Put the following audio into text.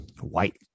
white